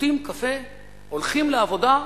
שותים קפה, הולכים לעבודה,